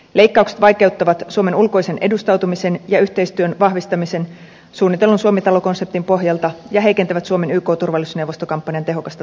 leikkaukset vaikeuttavat suomen ulkoista edustautumista ja yhteistyön vahvistamista suunnitellun suomi talo konseptin pohjalta ja heikentävät suomen yk turvallisuusneuvostokampanjan tehokasta toimeenpanoa